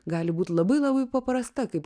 gali būt labai labai paprasta kaip